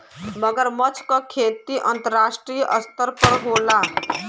मगरमच्छ क खेती अंतरराष्ट्रीय स्तर पर होला